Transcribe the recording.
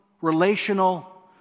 relational